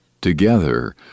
Together